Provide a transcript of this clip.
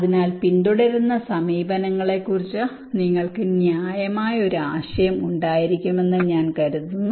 അതിനാൽ പിന്തുടരുന്ന സമീപനങ്ങളെക്കുറിച്ച് നിങ്ങൾക്ക് ന്യായമായ ഒരു ആശയം ഉണ്ടായിരിക്കുമെന്ന് ഞാൻ കരുതുന്നു